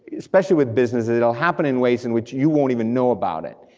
especially with businesses, it will happen in ways in which you won't even know about it.